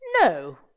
No